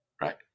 right